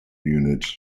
units